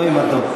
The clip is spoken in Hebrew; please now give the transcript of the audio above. לא עם הדוח.